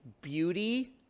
beauty